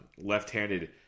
left-handed